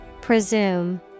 Presume